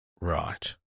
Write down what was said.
Right